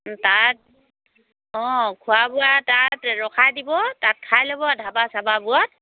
তাত অঁ খোৱা বোৱা তাত ৰখাই দিব তাত খাই ল'ব ধাবা চাবাবোৰত